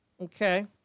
Okay